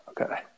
Okay